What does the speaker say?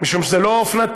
משום שזה לא אופנתי,